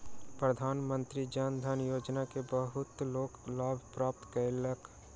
प्रधानमंत्री जन धन योजना के बहुत लोक लाभ प्राप्त कयलक